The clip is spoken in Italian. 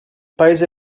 paese